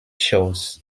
shows